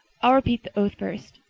i'll repeat the oath first.